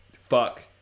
fuck